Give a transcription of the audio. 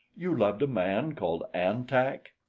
you loved a man called an-tak?